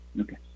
Okay